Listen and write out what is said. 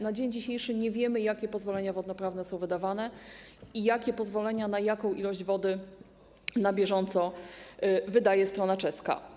Na dzień dzisiejszy nie wiemy, jakie pozwolenia wodnoprawne są wydawane i jakie pozwolenia, na jaką ilość wody, na bieżąco wydaje strona czeska.